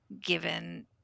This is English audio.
given